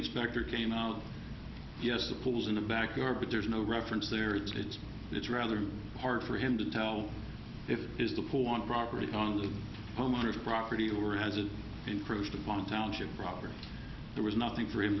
inspector came out yes the pools in the backyard but there's no reference there it's it's rather hard for him to tell if it is the pool on the property tons of homeowners property or has it improved upon township property there was nothing for him